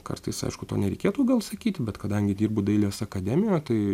kartais aišku to nereikėtų gal sakyti bet kadangi dirbu dailės akademijoje tai